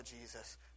Jesus